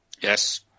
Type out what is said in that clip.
Yes